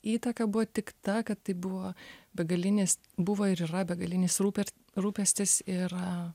įtaka buvo tik ta kad tai buvo begalinis buvo ir yra begalinis rūpers rūpestis yra